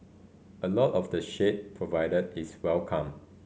a lot of the shade provided is welcome